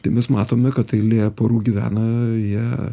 tai mes matome kad eilė porų gyvena jie